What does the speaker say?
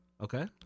Okay